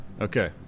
Okay